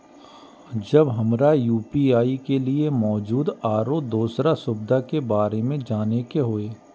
जब हमरा यू.पी.आई के लिये मौजूद आरो दोसर सुविधा के बारे में जाने के होय?